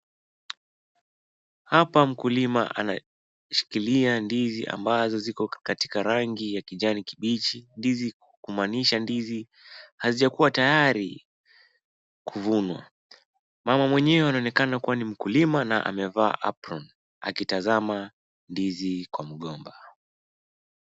Hapa mkulima anashikilia ndizi ambazo ziko katika rangi ya kijani kibichi., kumaanisha ndizi hazijakuwa tayari kuvunwa. Mama mwenyewe anaonekana kuwa ni mkulima na amevaa apron akitazama ndizi kwa mgomba.